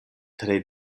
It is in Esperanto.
tre